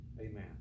Amen